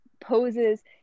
poses